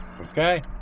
Okay